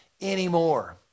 anymore